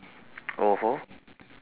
oh (ho)